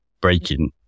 breaking